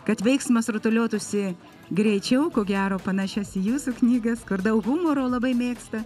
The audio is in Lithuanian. kad veiksmas rutuliotųsi greičiau ko gero panašias į jūsų knygas kur daug humoro labai mėgsta